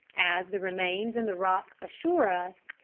as the remains in the rocks assure us,